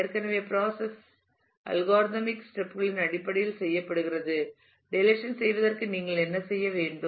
எனவே process algorithmic step களின் அடிப்படையில் செய்யப்படுகிறது டெலிசன் செய்வதற்கு நீங்கள் என்ன செய்ய வேண்டும்